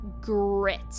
grit